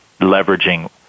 leveraging